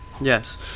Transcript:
Yes